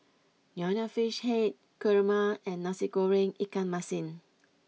Nonya Fish Head Kurma and Nasi Goreng Ikan Masin